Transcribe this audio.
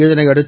இதனையடுத்து